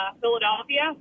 Philadelphia